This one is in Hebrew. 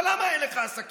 אבל למה אין לך עסקים?